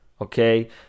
okay